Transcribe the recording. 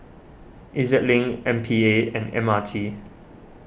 E Z Link M P A and M R T